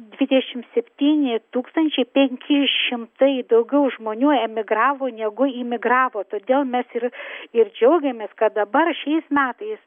dvidešim septyni tūkstančiai penki šimtai daugiau žmonių emigravo negu imigravo todėl mes ir ir džiaugiamės kad dabar šiais metais